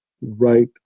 right